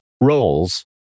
roles